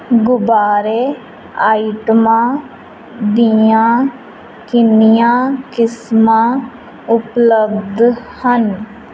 ਗੁਬਾਰੇ ਆਈਟਮਾਂ ਦੀਆਂ ਕਿੰਨੀਆਂ ਕਿਸਮਾਂ ਉਪਲੱਬਧ ਹਨ